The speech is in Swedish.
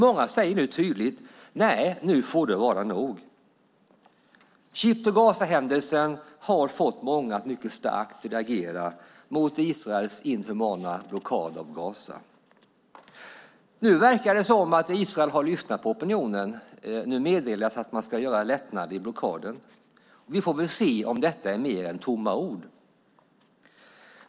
Många säger nu tydligt: Nu får det vara nog. Ship to Gaza-händelsen har fått många att mycket starkt reagera mot Israels inhumana blockad av Gaza. Nu verkar det som om Israel har lyssnat på opinionen. Man meddelar att man ska lätta på blockaden. Vi får se om det är mer än tomma ord.